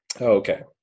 okay